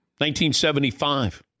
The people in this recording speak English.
1975